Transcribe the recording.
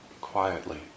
quietly